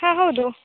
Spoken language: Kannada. ಹಾಂ ಹೌದು